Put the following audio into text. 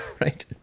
right